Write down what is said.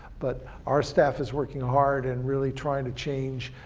but our staff is working hard, and really trying to change.